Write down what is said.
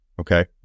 Okay